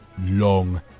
long